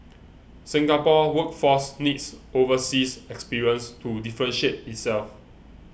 Singapore's workforce needs overseas experience to differentiate itself